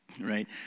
right